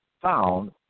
found